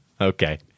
Okay